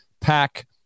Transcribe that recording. Pack